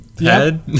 head